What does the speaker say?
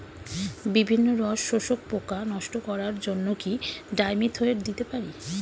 বিভিন্ন রস শোষক পোকা নষ্ট করার জন্য কি ডাইমিথোয়েট দিতে পারি?